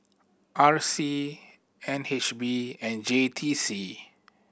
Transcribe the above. R C N H B and J T C